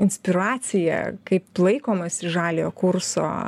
inspiracija kaip laikomasi žaliojo kurso